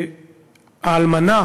האלמנה